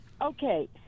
Okay